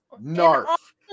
narf